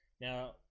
Now